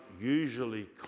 usually